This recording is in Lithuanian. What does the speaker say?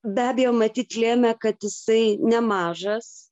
be abejo matyt lėmė kad jisai nemažas